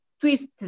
twist